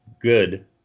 good